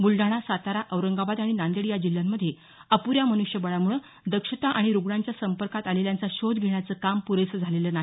बुलडाणा सातारा औरंगाबाद आणि नांदेड या जिल्ह्यांमध्ये अपू या मन्ष्यबळाम्ळे दक्षता आणि रुग्णांच्या संपर्कात आलेल्यांचा शोध घेण्याचं काम प्रेस झालेलं नाही